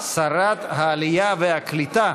שרת העלייה והקליטה,